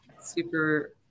super